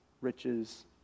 riches